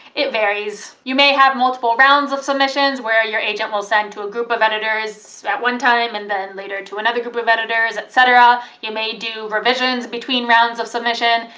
it varies. you may have multiple rounds of submissions, where your agent will send to a group of editors at one time, and then later to another group of editors, etc. you may do revisions between rounds of submission,